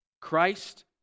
Christ